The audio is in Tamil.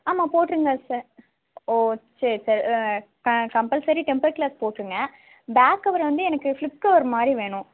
ஆமாம் போட்டுருங்க சார் ஓ சரி சார் க கம்பள்சரி டெம்பர் கிளாஸ் போட்டுருங்க பாக் கவர் வந்து எனக்கு ஃபிலிப் கவர் மாதிரி வேணும்